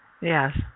Yes